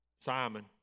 Simon